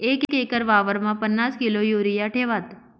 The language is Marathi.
एक एकर वावरमा पन्नास किलो युरिया ठेवात